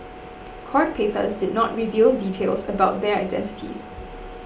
court papers did not reveal details about their identities